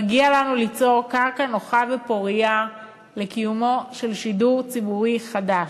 מגיע לנו ליצור קרקע נוחה ופורייה לקיומו של שידור ציבורי חדש.